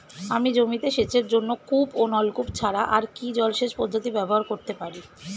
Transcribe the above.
আমি জমিতে সেচের জন্য কূপ ও নলকূপ ছাড়া আর কি জলসেচ পদ্ধতি ব্যবহার করতে পারি?